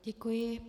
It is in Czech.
Děkuji.